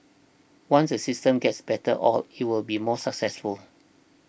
once the system gets better oiled it will be more successful